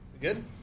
Good